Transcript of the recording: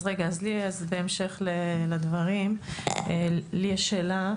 בהמשך לדברים לי יש שאלה.